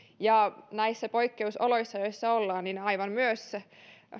näissä poikkeusoloissa joissa ollaan ja myös